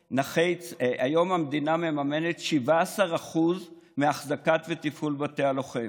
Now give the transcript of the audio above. היום המדינה מממנת 17% מהאחזקה והתפעול של בתי הלוחם,